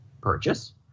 purchase